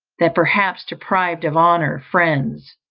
that perhaps deprived of honour, friends,